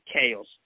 chaos